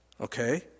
okay